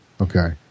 Okay